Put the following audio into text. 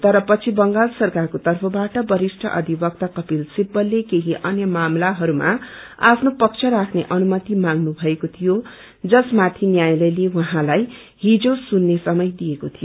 तर पछि बंगाल सरकारको तर्फबाट वरिष्ठ अधिवक्ता कपित सिव्वलते केही अन्य मामिलाहरूमा आफ्नो पक्ष राख्ने अनुमति माम्नु भएको थियो जसमाथि न्यायालयले उहाँलाई हिज सुत्रे समय दिएको थियो